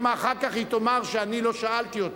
שמא אחר כך היא תאמר שאני לא שאלתי אותה.